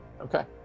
Okay